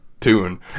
tune